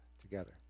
together